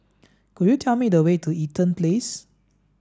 could you tell me the way to Eaton Place